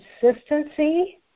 consistency